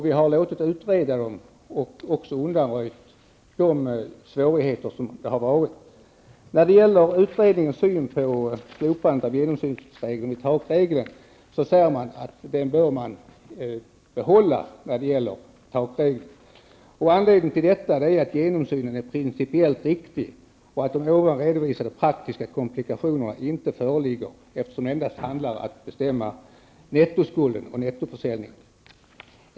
Vi har låtit utreda dem, och vi har undanröjt svårigheterna. Utredningen anser att man bör behålla genomsynen vid tillämpning av takreglerna. Jag citerar följande rader ur utredningen för att klarlägga förhållandet ytterligare: ''Anledningen till detta är att genomsynen är principiellt riktig och att de ovan redovisade praktiska komplikationerna inte föreligger när det endast handlar om att bestämma nettoförmögenheten eller nettoskulden vid försäljningstillfället.